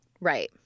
Right